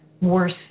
worse